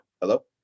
Hello